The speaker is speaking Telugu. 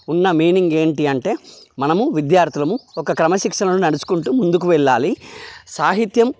ఉన్న మీనింగ్ ఏంటంటే మనము విద్యార్థులం ఒక క్రమశిక్షణను నడుచుకుంటు ముందుకు వెళ్ళాలి సాహిత్యం